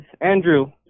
Andrew